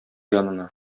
янына